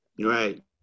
Right